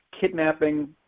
kidnapping